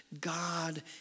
God